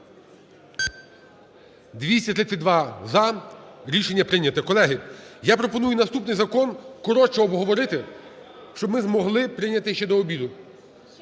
За-232 Рішення прийняте. Колеги, я пропоную наступний закон коротше обговорити, щоб ми змогли прийняти ще до обіду.